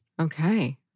Okay